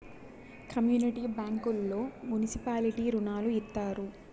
community బ్యాంకుల్లో municipality రుణాలు ఇత్తారు